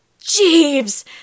Jeeves